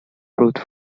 brute